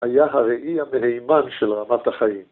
‫היה הראי המהימן של רמת החיים.